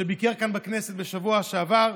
שביקר כאן בכנסת בשבוע שעבר,